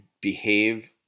behave